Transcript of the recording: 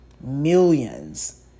Millions